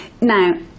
Now